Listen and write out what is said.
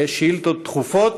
לשאילתות דחופות.